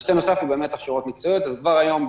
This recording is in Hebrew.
נושא נוסף הוא הכשרות מקצועיות וכבר היום,